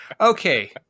Okay